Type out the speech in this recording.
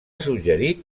suggerit